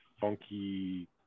funky